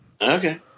Okay